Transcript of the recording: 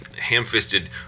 ham-fisted